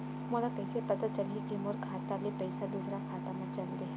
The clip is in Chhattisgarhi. मोला कइसे पता चलही कि मोर खाता ले पईसा दूसरा खाता मा चल देहे?